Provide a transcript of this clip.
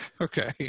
Okay